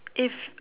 if